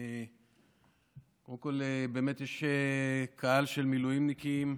קודם כול, יש קהל של מילואימניקים.